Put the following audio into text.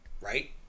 Right